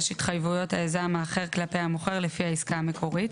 התחייבויות היזם האחר כלפי המוכר לפי העסקה המקורית,